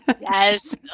Yes